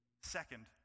Second